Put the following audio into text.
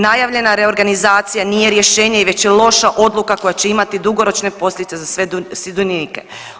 Najavljena reorganizacija nije rješenje već loša odluka koja će imati dugoročne posljedice za sve sudionike.